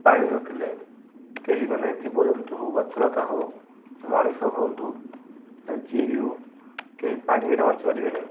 ପାଣି ନଥିଲେ କେହି ମାନେ ଜୀବଜନ୍ତୁ ହଉ ଗଛଲତା ହଉ ମଣିଷ ହୁଅନ୍ତୁ ଯିଏ ବି ହଉ କେହି ପାଣି ବିନା ବାଞ୍ଚିପାରିବେ ନାହିଁ